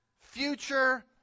future